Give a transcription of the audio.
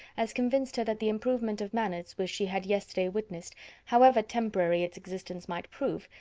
as convinced her that the improvement of manners which she had yesterday witnessed however temporary its existence might prove,